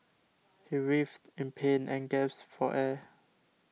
he writhed in pain and gasped for air